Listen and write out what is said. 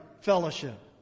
fellowship